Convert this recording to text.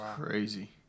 crazy